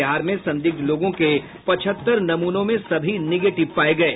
बिहार में संदिग्ध लोगों के पचहत्तर नमूनों में सभी निगेटिव पाये गये